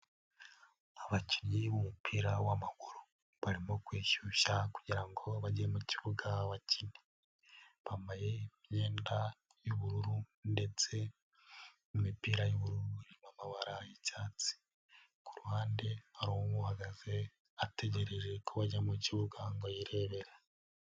Abakinnyi b'umupira w'amaguru barimo kwishyushya kugira ngo bajye mu kibuga bakine, bambaye imyenda y'ubururu ndetse imipira y'ubururu irimo amabara y'icyatsi, ku ruhande hari umwe uhagaze ategereje ko bajya mu kibuga ngo yirebera.